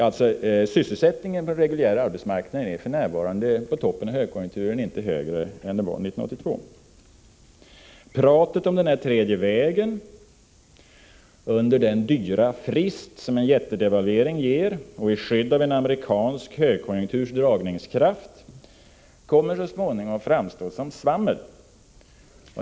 Själva sysselsättningen på den reguljära arbetsmarknaden är för närvarande, alltså på toppen av högkonjunkturen, inte högre än den var 1982. Pratet om den här tredje vägen, under den dyra frist som en jättedevalvering ger och i skydd av en amerikansk högkonjunkturs dragningskraft, kommer så småningom att framstå som svammel.